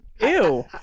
Ew